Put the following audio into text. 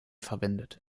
verwendet